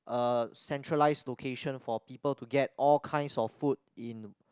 a centralize location for people to get all kinds of food in